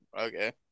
Okay